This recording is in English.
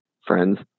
friends